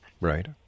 Right